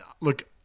Look